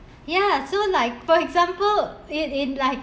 ya so like for example it in like